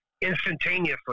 instantaneously